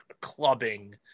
clubbing